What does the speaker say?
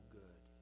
good